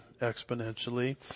exponentially